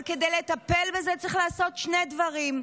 אבל כדי לטפל בזה צריך לעשות שני דברים: